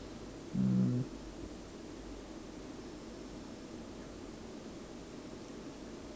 mm